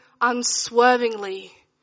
unswervingly